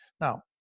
Now